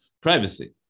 privacy